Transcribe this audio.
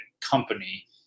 company